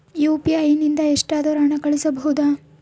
UPI ನಿಂದ ಎಷ್ಟಾದರೂ ಹಣ ಕಳಿಸಬಹುದಾ?